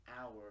hour